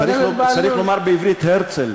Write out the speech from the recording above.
צריך לומר בעברית: הרצל.